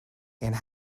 and